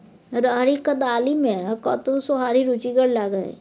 राहरिक दालि मे कतहु सोहारी रुचिगर लागय?